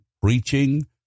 preaching